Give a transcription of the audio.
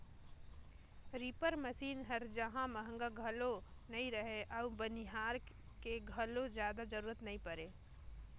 reaper machine हर जहां महंगा घलो नई रहें अउ बनिहार के घलो जादा जरूरत नई परे